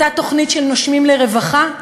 אותה תוכנית של "נושמים לרווחה",